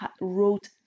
wrote